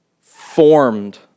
formed